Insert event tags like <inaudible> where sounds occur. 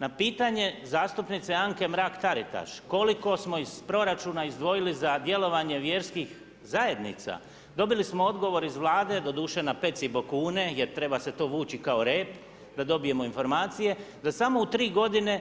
Na pitanje zastupnice Anke Mrak-Taritaš koliko smo iz proračun izdvojili za djelovanje vjerski zajednica, dobili smo odgovor iz Vlade, doduše na … <unintelligible> bokune jer treba se to vući kao rep da dobijemo informacije, da samo u 3 godine